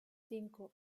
cinco